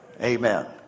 amen